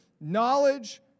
knowledge